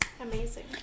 Amazing